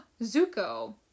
Zuko